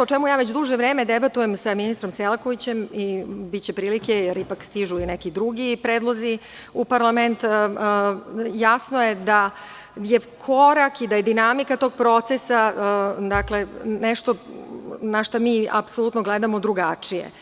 o čemu već duže vreme debatujem sa ministrom Selakovićem, i biće prilike jer ipak stižu i neki drugi predlozi u parlament, jasno je da je korak i dinamika tog procesa nešto na šta mi apsolutno gledamo drugačije.